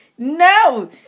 No